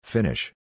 Finish